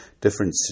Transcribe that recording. Different